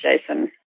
Jason